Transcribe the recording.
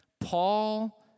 Paul